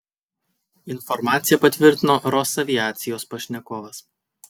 informaciją patvirtino rosaviacijos pašnekovas